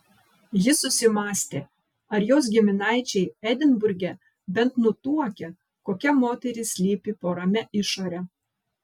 jis susimąstė ar jos giminaičiai edinburge bent nutuokia kokia moteris slypi po ramia išore